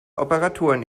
operatoren